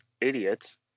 idiots